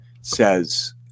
says